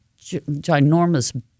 ginormous